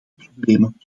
problemen